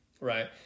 Right